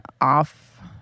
off